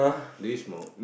do you smoke